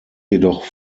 jedoch